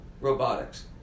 robotics